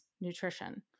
Nutrition